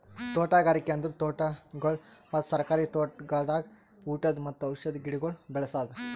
ತೋಟಗಾರಿಕೆ ಅಂದುರ್ ತೋಟಗೊಳ್ ಮತ್ತ ಸರ್ಕಾರಿ ತೋಟಗೊಳ್ದಾಗ್ ಊಟದ್ ಮತ್ತ ಔಷಧ್ ಗಿಡಗೊಳ್ ಬೆ ಳಸದ್